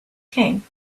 came